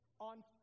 on